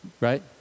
right